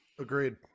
Agreed